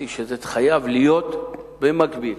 שזה חייב להיות במקביל